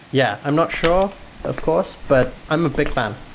yeah, i'm not sure of course, but i'm a big fan.